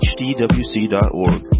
hdwc.org